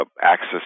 access